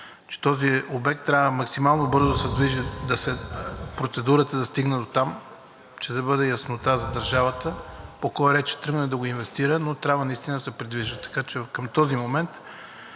за този обект трябва максимално бързо процедурата да стигне дотам, че да има яснота за държавата по кой ред ще тръгне да го инвестира, но трябва наистина да се придвижи. Така че към този момент